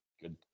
Good